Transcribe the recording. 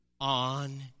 on